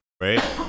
right